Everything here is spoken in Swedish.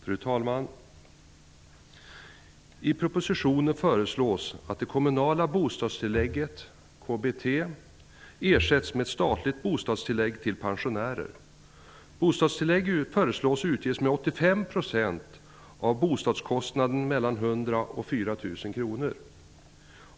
Fru talman! I propositionen föreslås att det kommunala bostadstillägget, KBT, ersätts med ett statligt bostadstillägg till pensionärer.